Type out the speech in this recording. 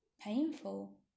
painful